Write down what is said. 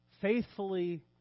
faithfully